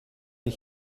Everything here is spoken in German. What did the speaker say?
ich